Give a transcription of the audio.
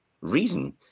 reason